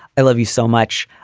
i love you so much.